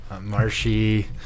Marshy